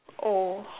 oh